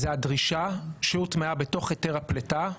זו הדרישה שהוטמעה בתוך היתר הפליטה,